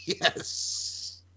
Yes